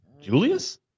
Julius